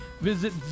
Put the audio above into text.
Visit